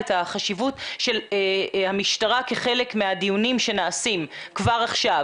החשיבות של המשטרה כחלק מהדיונים שנעשים כבר עכשיו,